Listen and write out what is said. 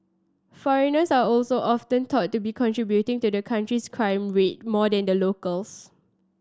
foreigners are also often thought to be contributing to the country's crime rate more than the locals